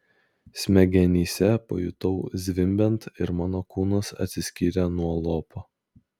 smegenyse pajutau zvimbiant ir mano kūnas atsiskyrė nuo lopo